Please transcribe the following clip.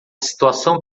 situação